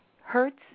Hertz